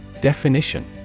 Definition